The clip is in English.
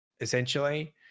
essentially